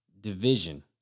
division